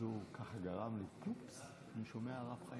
אז יש מנהג